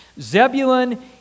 Zebulun